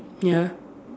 ya